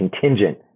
contingent